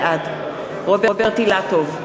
בעד רוברט אילטוב,